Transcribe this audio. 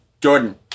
Jordan